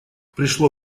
пришло